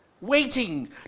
waiting